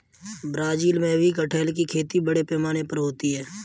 Brazil में भी कटहल की खेती बड़े पैमाने पर होती है